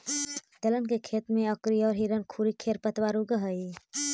दलहन के खेत में अकरी औउर हिरणखूरी खेर पतवार उगऽ हई